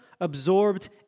absorbed